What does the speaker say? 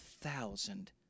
thousand